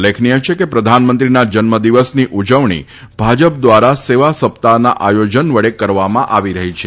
લ્લેખનીય છે કે પ્રધાનમંત્રીના જન્મ દિવસની જવણી ભાજપ દ્વારા સેવા સપ્તાહના આયોજનવડે કરવામાં આવી રહી છે